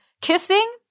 Kissing